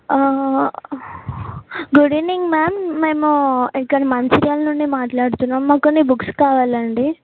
good evening ma'am మేము ఇక్కడ మంచిర్యాల నుండి మాట్లాడుతున్నాం మాకు కొన్ని బుక్స్ కావాలండి